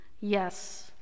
yes